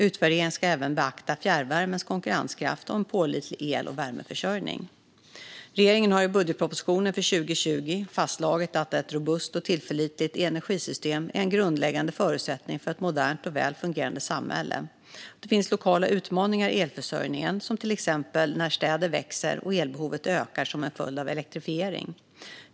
Utvärderingen ska även beakta fjärrvärmens konkurrenskraft och en pålitlig el och värmeförsörjning. Regeringen har i budgetpropositionen för 2020 fastslagit att ett robust och tillförlitligt energisystem är en grundläggande förutsättning för ett modernt och väl fungerande samhälle. Det finns lokala utmaningar i elförsörjningen när till exempel städer växer och elbehovet ökar som en följd av ökad elektrifiering.